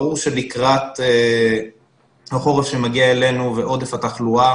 ברור שלקראת החורף שמגיע אלינו ועודף התחלואה